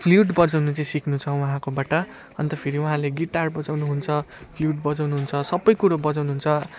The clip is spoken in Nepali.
फ्ल्युट बजाउन चाहिँ सिक्नु छ उहाँकोबाट अन्त फेरि उहाँले गिटार बजाउनु हुन्छ फ्ल्युट बजाउनु हुन्छ सबै कुरो बजाउनु हुन्छ